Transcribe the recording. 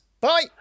Bye